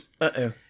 Uh-oh